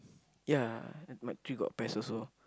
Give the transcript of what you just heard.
yeah my tree got pest also